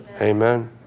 amen